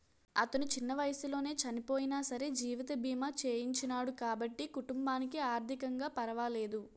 అతను చిన్న వయసులోనే చనియినా సరే జీవిత బీమా చేయించినాడు కాబట్టి కుటుంబానికి ఆర్ధికంగా పరవాలేదు